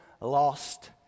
Lost